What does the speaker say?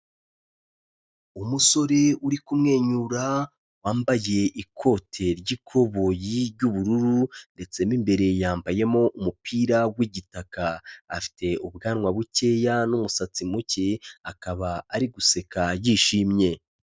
Umusore uri kumwenyura, wambaye ikote ry'ikoboyi ry'ubururu ndetse mo imbere yambayemo umupira w'igitaka, afite ubwanwa bukeya n'umusatsi muke, akaba ari guseka yishimye.